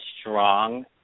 strong